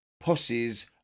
posses